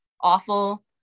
awful